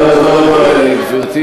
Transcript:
אולי הוועדה למעמד האישה, תודה, גברתי.